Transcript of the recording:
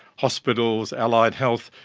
hospitals, allied health,